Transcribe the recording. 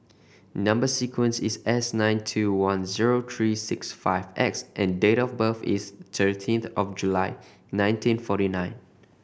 number sequence is S nine two one zero three six five X and date of birth is thirteen of July nineteen forty nine